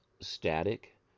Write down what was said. static